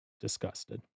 disgusted